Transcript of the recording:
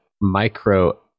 micro